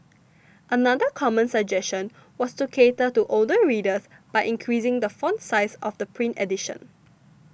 another common suggestion was to cater to older readers by increasing the font size of the print edition